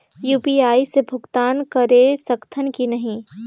UPI ले भुगतान करे सकथन कि नहीं?